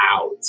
out